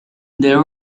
there